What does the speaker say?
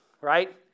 right